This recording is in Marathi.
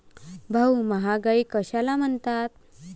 भाऊ, महागाई कशाला म्हणतात?